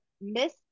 Miss